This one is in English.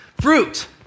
fruit